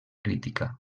crítica